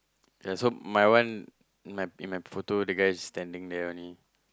ya so my one in my in my photo the guy is standing there only